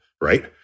right